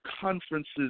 conferences